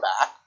back